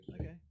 Okay